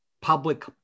public